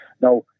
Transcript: Now